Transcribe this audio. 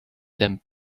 them